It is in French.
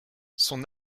son